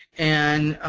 and